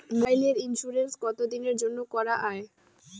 মোবাইলের ইন্সুরেন্স কতো দিনের জন্যে করা য়ায়?